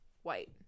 white